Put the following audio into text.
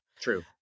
True